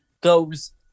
goes